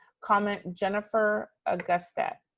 comment jennifer augustat.